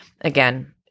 Again